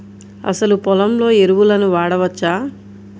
అసలు పొలంలో ఎరువులను వాడవచ్చా?